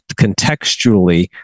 contextually